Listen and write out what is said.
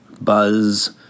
Buzz